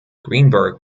greenberg